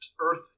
earth